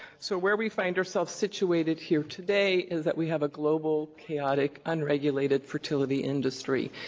so where we find ourselves situated here today is that we have a global, chaotic, unregulated fertility industry.